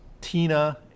Tina